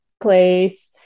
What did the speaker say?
place